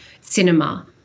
cinema